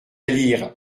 lire